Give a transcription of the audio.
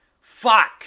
fuck